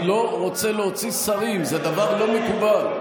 אני לא רוצה להוציא שרים, זה דבר לא מקובל,